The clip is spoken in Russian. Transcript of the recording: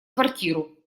квартиру